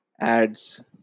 ads